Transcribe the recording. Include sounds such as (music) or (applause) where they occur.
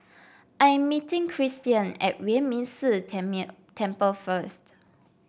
I am meeting Cristian at Yuan Ming Si (unintelligible) Temple first